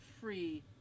free